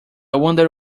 wonder